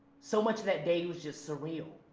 so much that day was just surreal,